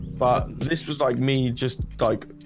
but this was like me just like